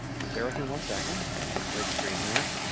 so, bear with me one second, we'll get the right screen, here.